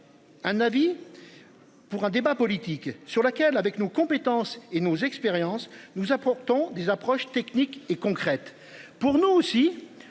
Un avis. Pour un débat politique sur laquelle avec nos compétences et nos expériences nous apportons des approches techniques et concrètes pour nous aussi.